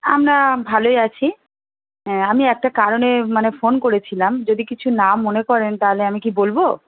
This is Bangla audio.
আমরা ভালোই আছি হ্যাঁ আমি একটা কারণে মানে ফোন করেছিলাম যদি কিছু না মনে করেন তাহলে আমি কি বলবো